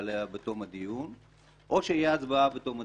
עליה בתום הדיון או שתהיה הצבעה בתום הדיון?